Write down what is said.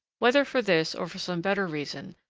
whether for this, or for some better reason,